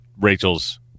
Rachel's